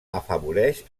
afavoreix